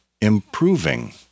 improving